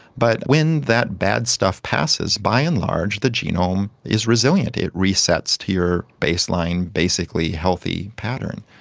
but when that bad stuff passes, by and large the genome is resilient, it resets to your baseline basically healthy pattern.